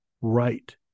right